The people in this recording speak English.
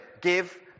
give